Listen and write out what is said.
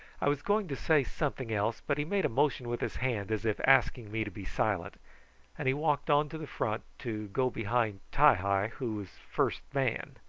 i was going to say something else, but he made a motion with his hand as if asking me to be silent and he walked on to the front to go behind ti-hi, who was first man,